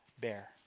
bear